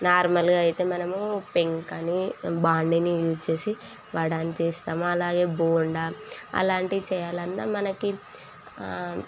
నార్మల్గా అయితే మనము పెంక అని బాండిని యూజ్ చేసి వడని చేస్తాము అలానే బోండా అలాంటివి చేయాలన్నా మనకి